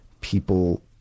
people